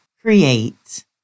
create